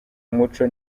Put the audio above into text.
umuco